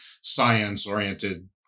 science-oriented